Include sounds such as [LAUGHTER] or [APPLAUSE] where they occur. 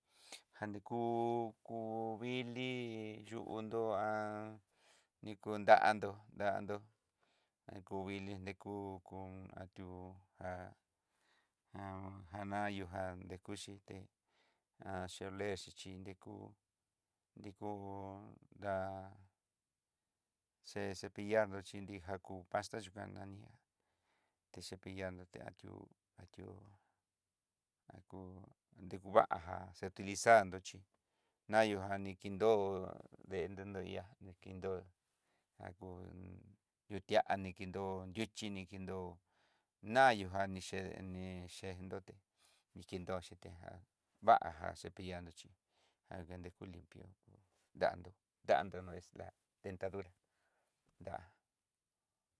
Ja ni kú kú vili, yundó [HESITATION] kú dandó ndandó, ndé kú vili de kú, kon ati'ó [HESITATION] janayó ján dekuxité, [HESITATION] ilé xhichí ni dekú, dekú da'a se cepillar nró chí nrí jakú pasta yukan nani, té cepillar nró ti ati'ó ati'ó akú nrekú va'a ján, se utilizar nró chí nayó jan ni nikenró dendenró ihá ni ki nró ngakú nrutia ni kinró nruxhi ni kinró, nayó jan ni xhede ní chendoté nikinró cheté ján va'a ján, cepillo nró chí jan nga ni kú limpio dandó, ndando njestra dentadura da'á.